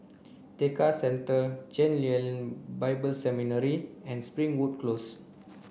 Tekka Centre Chen Lien Bible Seminary and Springwood Close